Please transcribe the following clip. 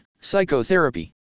psychotherapy